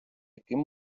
яким